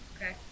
Okay